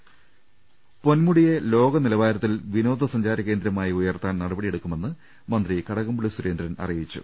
് പൊന്മുടിയെ ലോകനിലവാരത്തിൽ വിനോദസഞ്ചാര കേന്ദ്രമായി ഉയർത്താൻ നടപടിയെടുക്കുമെന്ന് മന്ത്രി കടകംപള്ളി സുരേന്ദ്രൻ അറിയി ച്ചു